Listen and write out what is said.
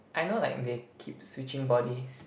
I know like they keep switching bodies